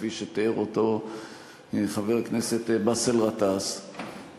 כפי שתיאר אותו חבר הכנסת באסל גטאס,